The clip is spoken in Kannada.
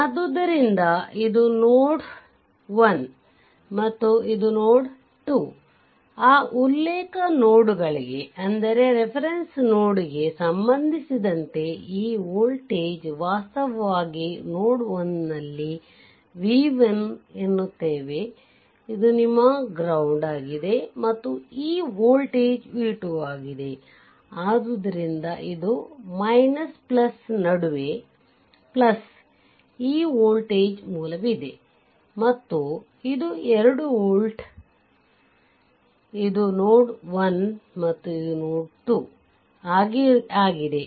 ಆದ್ದರಿಂದ ಇದು ನೋಡ್ 1 ಮತ್ತು ಇದು ನೋಡ್ 2 ಆ ಉಲ್ಲೇಖ ನೋಡ್ಗಳಿಗೆ ಸಂಬಂಧಿಸಿದಂತೆ ಈ ವೋಲ್ಟೇಜ್ ವಾಸ್ತವವಾಗಿ ನೋಡ್ 1 ನಲ್ಲಿ v1 ಎನ್ನುತೇವೆ ಇದು ನಿಮ್ಮ ಗ್ಗ್ರೌಂಡ್ ಆಗಿದೆ ಮತ್ತು ಈ ವೋಲ್ಟೇಜ್ v2 ಆಗಿದೆ ಆದ್ದರಿಂದ ಇದು ನಡುವೆ ಈ ವೋಲ್ಟೇಜ್ ಮೂಲವಿದೆ ಮತ್ತು ಇದು 2 ವೋಲ್ಟ್ ಇದು ನೋಡ್ 1 ಮತ್ತು ಇದು ನೋಡ್ 2 ಆಗಿದೆ